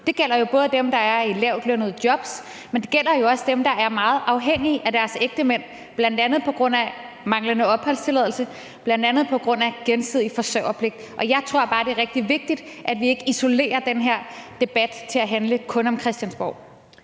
Det gælder jo både dem, der er i lavtlønnede jobs, men det gælder jo også dem, der er meget afhængige af deres ægtemænd, bl.a. på grund af manglende opholdstilladelse, bl.a. på grund af gensidig forsørgerpligt. Jeg tror bare, det er rigtig vigtigt, at vi ikke isolerer den her debat til kun at handle om Christiansborg.